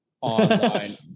online